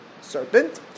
serpent